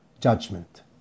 judgment